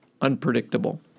unpredictable